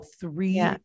Three